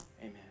Amen